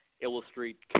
illustrate